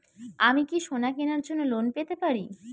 আমি কি সোনা কেনার জন্য লোন পেতে পারি?